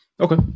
Okay